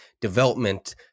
development